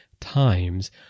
times